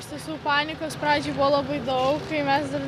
iš tiesų panikos pradžioj buvo labai daug kai mes dar